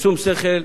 בשום שכל,